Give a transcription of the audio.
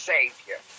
Savior